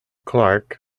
clarke